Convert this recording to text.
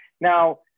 Now